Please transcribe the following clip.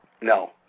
no